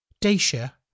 Dacia